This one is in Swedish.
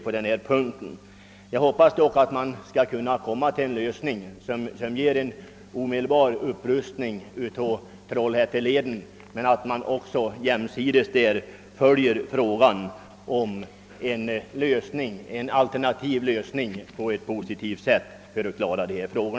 Detta med hänsyn till nuvarande tekniska resurser. Jag hoppas dock att en lösning skall nås som leder till en omedelbar upprustning av Trollhätteleden och att man jämsides därmed följer frågan om en alternativ lösning för att på ett positivt sätt klara dessa frågor.